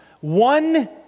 One